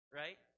right